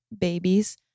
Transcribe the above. babies